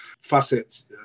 facets